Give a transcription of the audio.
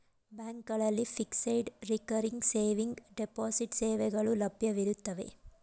ಬ್ಯಾಂಕ್ಗಳಲ್ಲಿ fixed, recurring saving, deposit ಸೇವೆಗಳು ಲಭ್ಯವಿರುತ್ತವೆ